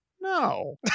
No